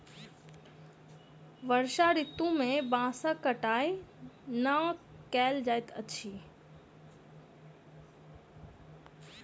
वर्षा ऋतू में बांसक कटाई नै कयल जाइत अछि